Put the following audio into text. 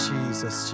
Jesus